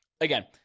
again